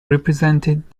represented